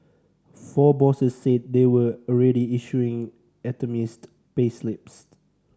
four bosses said they were already issuing itemised payslips